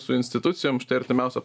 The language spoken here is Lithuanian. su institucijom artimiausią